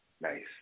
Nice